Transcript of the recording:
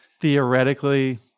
Theoretically